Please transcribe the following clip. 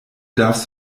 darfst